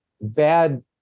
bad